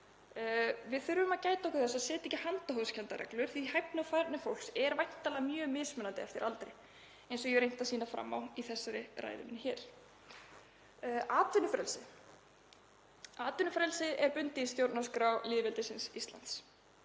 Við þurfum að gæta þess að setja ekki handahófskenndar reglur því hæfni og færni fólks er væntanlega mjög mismunandi eftir aldri eins og ég hef reynt að sýna fram á í þessari ræðu minni. Atvinnufrelsi er bundið í stjórnarskrá lýðveldisins Íslands.